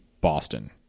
Boston